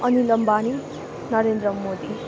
Anil Ambani Narendra Modi